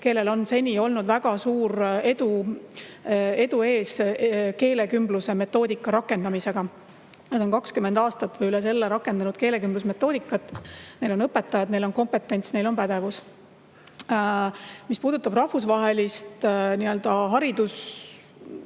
kellel on seni olnud väga suur edu keelekümbluse metoodika rakendamisel. Nad on 20 aastat või üle selle rakendanud keelekümblusmetoodikat. Neil on õpetajad, neil on kompetents ja pädevus. Mis puudutab rahvusvahelist haridusüldsust,